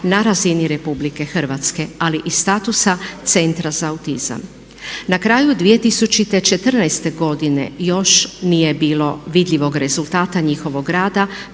na razini Republike Hrvatske, ali i statusa Centra za autizam. Na kraju 2014. još nije bilo vidljivog rezultata njihovog rada,